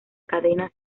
cadena